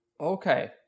Okay